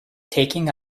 taking